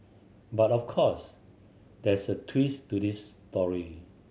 but of course there's a twist to this story